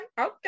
okay